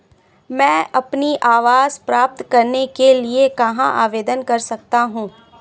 मैं अपना आवास प्राप्त करने के लिए कहाँ आवेदन कर सकता हूँ?